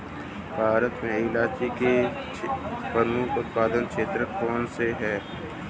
भारत में इलायची के प्रमुख उत्पादक क्षेत्र कौन से हैं?